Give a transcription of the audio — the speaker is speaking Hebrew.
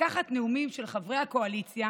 לקחת נאומים של חברי הקואליציה